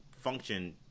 function